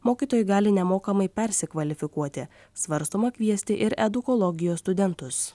mokytojai gali nemokamai persikvalifikuoti svarstoma kviesti ir edukologijos studentus